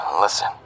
Listen